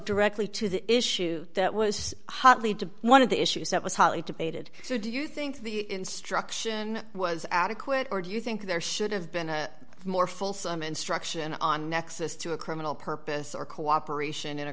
directly to the issue that was hotly to one of the issues that was hotly debated so do you think the instruction was adequate or do you think there should have been a more fulsome instruction on nexus to a criminal purpose or cooperation in a